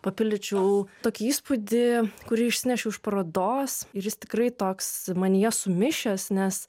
papildyčiau tokį įspūdį kurį išsinešiau iš parodos ir jis tikrai toks manyje sumišęs nes